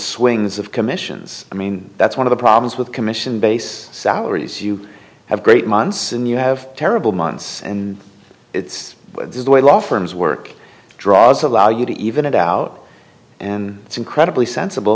swings of commissions i mean that's one of the problems with commission base salaries you have great months and you have terrible months and it's this is the way law firms work draws allow you to even it out and it's incredibly sensible